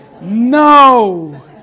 No